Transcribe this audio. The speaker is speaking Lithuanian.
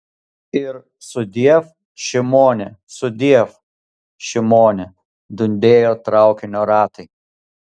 ir sudiev šimoni sudiev šimoni dundėjo traukinio ratai